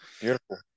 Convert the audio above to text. beautiful